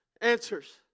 answers